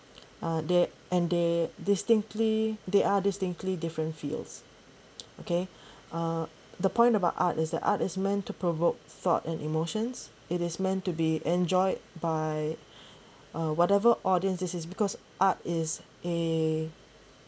uh there and they distinctly they are distinctly different fields okay uh the point about art is the art is meant to provoke thought and emotions it is meant to be enjoyed by uh whatever audience this is because art is a